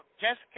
Jessica